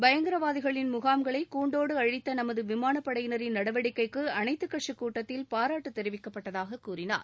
பயங்கரவாதிகளின் முகாம்களை கூண்டோடு அழித்த நமது விமானப்படையினரின் நடவடிக்கைக்கு அனைத்துக்கட்சிக் கூட்டத்தில் பாராட்டு தெரிவிக்கப்பட்டதாக கூறினார்